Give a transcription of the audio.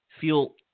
feel